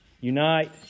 Unite